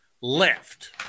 left